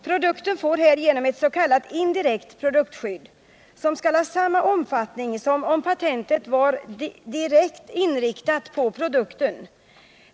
Produkten får härigenom ett s.k. indirekt produktskydd, som skall ha samma omfattning som om patentet var direkt inriktat på produkten.